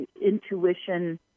intuition